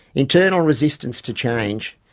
internal resistance to change,